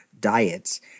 diets